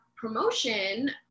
promotion